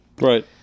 Right